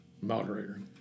moderator